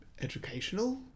Educational